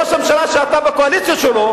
שאתה בקואליציה שלו,